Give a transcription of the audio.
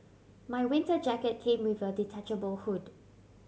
my winter jacket came with a detachable hood